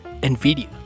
Nvidia